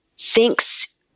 thinks